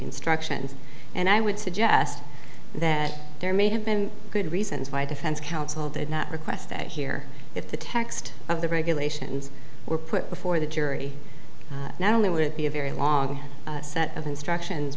instructions and i would suggest that there may have been good reasons why defense counsel did not request that here if the text of the regulations were put before the jury not only would it be a very long set of instructions